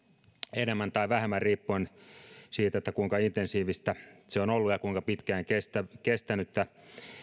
enemmän tai vähemmän riippuen siitä kuinka intensiivistä se on ollut ja kuinka pitkään kestänyttä